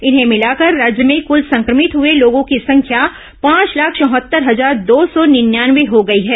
इन्हें मिलाकर राज्य में कल संक्रमित हए लोगों की संख्या पांच लाख चौहत्तर हजार दो सौ निन्यानवे हो गई है